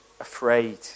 afraid